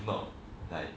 not like